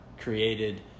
created